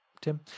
Tim